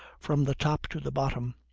from the top to the bottom,